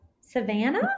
Savannah